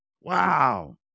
Wow